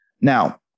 Now